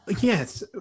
Yes